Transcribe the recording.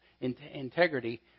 integrity